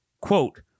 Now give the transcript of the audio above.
Quote